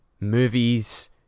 Movies